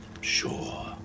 sure